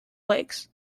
lakes